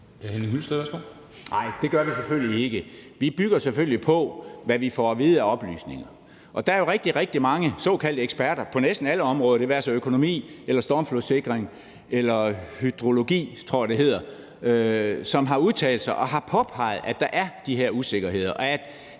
(EL): Det gør vi selvfølgelig ikke. Vi bygger det selvfølgelig på de oplysninger, vi får. Der er jo rigtig, rigtig mange såkaldte eksperter på næsten alle områder – det være sig økonomi, stormflodssikring eller hydrologi, det tror jeg det hedder – som har udtalt sig og påpeget, at der er de her usikkerheder, og at